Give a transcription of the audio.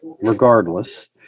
regardless